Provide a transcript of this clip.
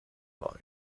line